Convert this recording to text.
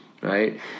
Right